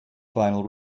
final